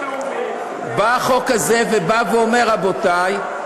ובא ואומר: רבותי,